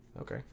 okay